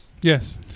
Yes